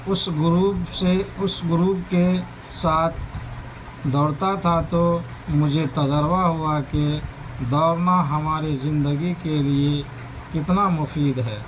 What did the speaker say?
اُس گروپ سے اُس گروپ کے ساتھ دوڑتا تھا تو مجھے تجربہ ہوا کہ دوڑنا ہمارے زندگی کے لیے کتنا مفید ہے